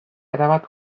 erabat